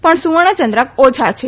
પણ સુવર્ણ ચંદ્રક ઓછા છે